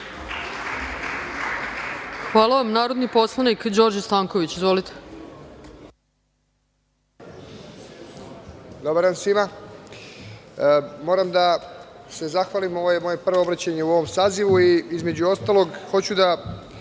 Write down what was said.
Hvala vam. Narodni poslanik Đorđe Stanković ima reč.